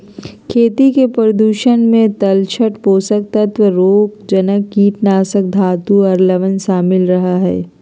खेती के प्रदूषक मे तलछट, पोषक तत्व, रोगजनक, कीटनाशक, धातु आर लवण शामिल रह हई